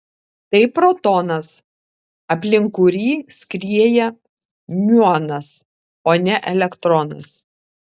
tai protonas aplink kurį skrieja miuonas o ne elektronas